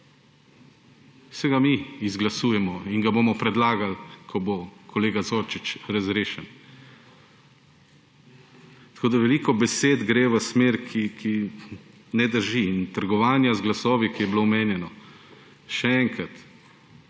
ga mi izglasujemo in ga bomo predlagali, ko bo kolega Zorčič razrešen. Veliko besed gre v smer, ki ne drži, in trgovanja z glasovi, ki je bilo omenjeno. Še enkrat: